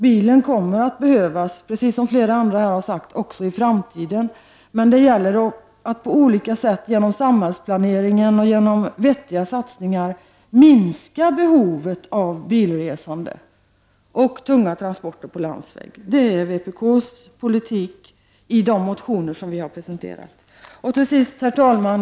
Precis som flera andra här har sagt kommer bilen att behövas också i framtiden, men det gäller att på olika sätt genom samhällsplanering och genom vettiga satsningar minska behovet av bilresande och tunga transporter på landsväg. Det är vpk:s politik i de motioner som vi här har presenterat. Herr talman!